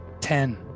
Ten